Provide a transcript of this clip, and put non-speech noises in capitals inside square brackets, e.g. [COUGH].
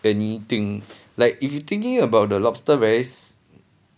anything like if you thinking about the lobster very [NOISE]